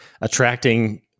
attracting